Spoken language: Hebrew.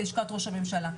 למשרד ראש הממשלה.